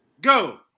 Go